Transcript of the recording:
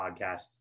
podcast